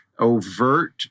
overt